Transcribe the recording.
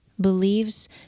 believes